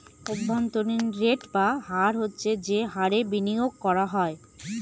অভ্যন্তরীন রেট বা হার হচ্ছে যে হারে বিনিয়োগ করা হয়